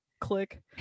click